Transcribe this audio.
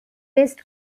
west